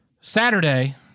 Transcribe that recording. Saturday